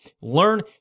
Learn